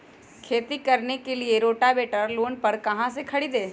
खेती करने के लिए रोटावेटर लोन पर कहाँ से खरीदे?